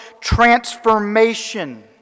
transformation